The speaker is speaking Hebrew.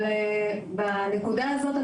אבל בנקודה הזאת,